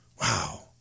Wow